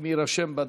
אם יירשם בדקות,